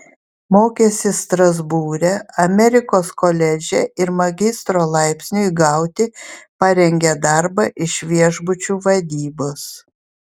mokėsi strasbūre amerikos koledže ir magistro laipsniui gauti parengė darbą iš viešbučių vadybos